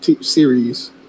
series